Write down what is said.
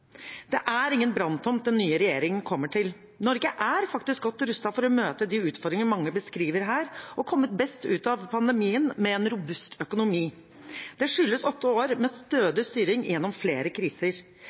Det er ingen branntomt den nye regjeringen kommer til. Norge er faktisk godt rustet for å møte de utfordringene mange beskriver her, og komme best ut av pandemien med en robust økonomi. Det skyldes åtte år med